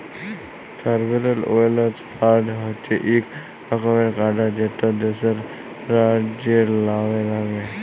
sovereign wealth fund হছে ইক রকমের ফাল্ড যেট দ্যাশের বা রাজ্যের লামে থ্যাকে